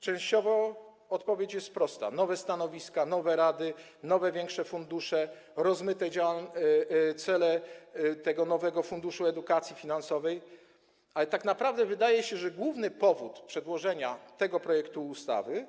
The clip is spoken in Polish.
Częściowo odpowiedź jest prosta - nowe stanowiska, nowe rady, nowe, większe fundusze, rozmyte cele tego nowego Funduszu Edukacji Finansowej, ale tak naprawdę wydaje się, że główny powód przedłożenia tego projektu ustawy